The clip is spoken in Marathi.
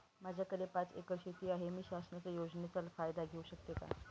माझ्याकडे पाच एकर शेती आहे, मी शासनाच्या योजनेचा फायदा घेऊ शकते का?